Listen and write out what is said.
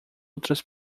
outras